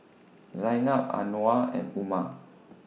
Zaynab Anuar and Umar